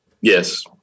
Yes